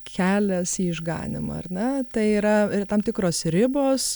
kelias į išganymą ar ne tai yra tam tikros ribos